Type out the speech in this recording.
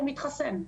הוא מתחסן.